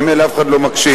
ממילא אף אחד לא מקשיב.